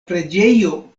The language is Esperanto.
preĝejo